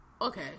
Okay